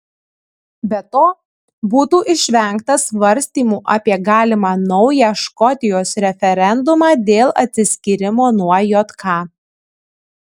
be to būtų išvengta svarstymų apie galimą naują škotijos referendumą dėl atsiskyrimo nuo jk